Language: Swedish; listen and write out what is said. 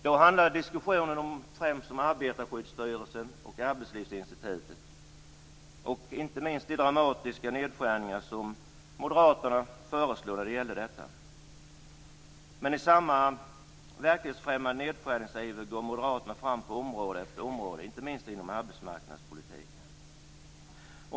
Då handlade diskussionen främst om Arbetarskyddsstyrelsen och Arbetslivsinstitutet och, inte minst, om de dramatiska nedskärningar som moderaterna föreslår när det gäller dessa. Med samma verklighetsfrämmande nedskärningsiver går moderaterna fram på område efter område, inte minst inom arbetsmarknadspolitiken.